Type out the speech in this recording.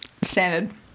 Standard